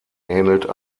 ähnelt